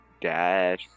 dash